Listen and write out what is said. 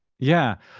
yeah.